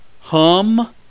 hum